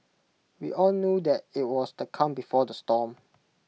we all knew that IT was the calm before the storm